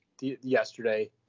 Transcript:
yesterday